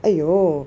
!aiyo!